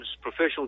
Professional